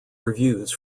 reviews